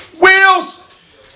Wheels